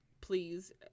please